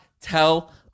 tell